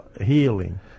healing